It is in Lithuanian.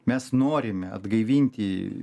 mes norime atgaivinti